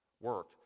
work